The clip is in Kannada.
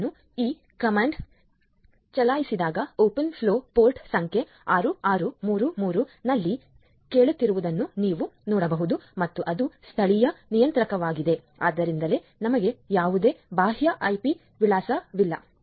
ಆದ್ದರಿಂದ ನಾನು ಈ ಕಮಾಂಡ್ ಚಲಾಯಿಸಲಿ ಓಪನ್ ಫ್ಲೋ ಪೋರ್ಟ್ ಸಂಖ್ಯೆ 6633 ನಲ್ಲಿ ಕೇಳುತ್ತಿರುವುದನ್ನು ನೀವು ನೋಡಬಹುದು ಮತ್ತು ಅದು ಸ್ಥಳೀಯ ನಿಯಂತ್ರಕವಾಗಿದೆ ಆದ್ದರಿಂದಲೇ ನಮಗೆ ಯಾವುದೇ ಬಾಹ್ಯ ಐಪಿ ವಿಳಾಸವಿಲ್ಲ